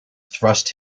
thrust